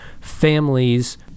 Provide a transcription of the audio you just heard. families